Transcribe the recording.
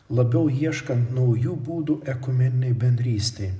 labiau ieškant naujų būdų ekumeninėj bendrystėj